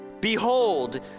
behold